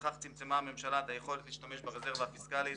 בכך צמצמה הממשלה את היכולת להשתמש ברזרבה הפיסקלית